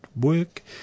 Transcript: work